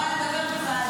--- רק דבר אחד סיפרת.